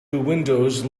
windows